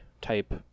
type